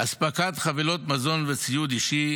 אספקת חבילות מזון וציוד אישי,